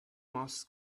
moss